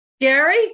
Gary